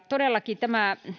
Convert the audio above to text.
todellakin tämä